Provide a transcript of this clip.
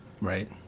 Right